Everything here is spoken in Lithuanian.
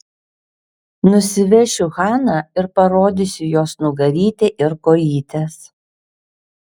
nusivešiu haną ir parodysiu jos nugarytę ir kojytes